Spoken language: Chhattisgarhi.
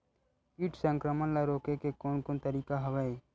कीट संक्रमण ल रोके के कोन कोन तरीका हवय?